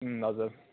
हजुर